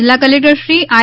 જિલ્લા કલેકટરશ્રી આઇ